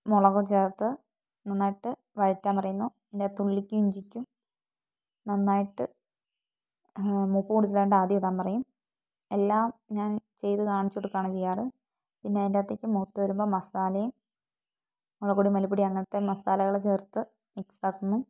മുളകും ചേർത്ത് നന്നായിട്ട് വഴറ്റാൻ പറയുന്നു ഉള്ളിക്കും ഇഞ്ചിക്കും നന്നായിട്ട് മൂപ്പു കൂടുതലായതുകൊണ്ട് ആദ്യം ഇടാൻ പറയും എല്ലാം ഞാൻ ചെയ്തു കാണിച്ചു കൊടുക്കുകയാണ് ചെയ്യാറ് പിന്നെ അതിന്റകത്തേയ്ക്ക് മൂത്തു വരുമ്പോൾ മസാലയും മുളകുപൊടി മല്ലിപ്പൊടി അങ്ങനത്തെ മസാലകൾ ചേർത്ത് മിക്സ് ആക്കുന്നു